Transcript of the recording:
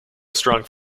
strong